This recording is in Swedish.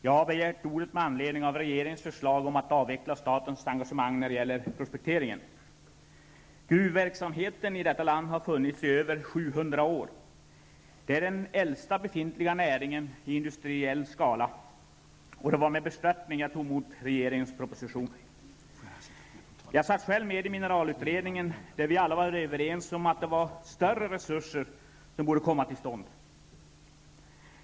Jag har begärt ordet med anledning av regeringens förslag om att avveckla statens engagemang när det gäller prospektering. Gruvverksamheten i detta land har funnits i över 700 år. Den är vår äldsta befintliga näring i industriell skala. Det var med bestörtning jag tog emot regeringens proposition. Jag satt själv med i mineralutredningen där vi alla var överens om att det var större resurser som borde komma till stånd.